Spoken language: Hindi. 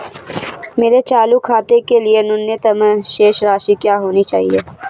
मेरे चालू खाते के लिए न्यूनतम शेष राशि क्या होनी चाहिए?